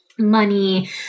money